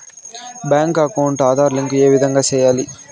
Bank account Aadhaar link ఏ విధంగా సెయ్యాలి?